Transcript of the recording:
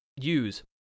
use